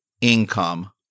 income